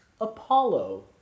Apollo